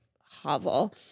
hovel